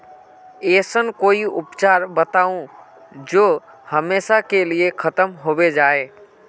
ऐसन कोई उपचार बताऊं जो हमेशा के लिए खत्म होबे जाए?